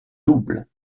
double